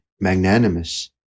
magnanimous